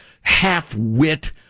half-wit